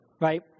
right